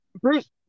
Bruce